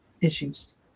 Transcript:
issues